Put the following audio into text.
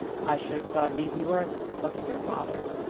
i should have thought it easy work. look at your father.